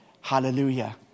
Hallelujah